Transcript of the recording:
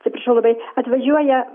atsiprašau labai atvažiuoja